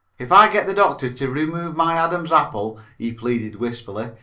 if i get the doctor to remove my adam's apple, he pleaded wistfully,